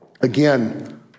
Again